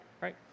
right